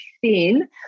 thin